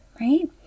right